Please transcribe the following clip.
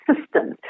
systems